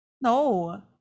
No